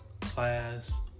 class